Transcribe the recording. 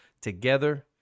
together